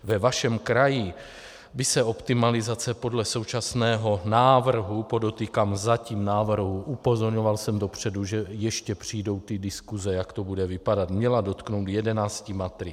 Ve vašem kraji by se optimalizace podle současného návrhu podotýkám zatím návrhu, upozorňoval jsem dopředu, že ještě přijdou ty diskuse, jak to bude vypadat měla dotknout 11 matrik.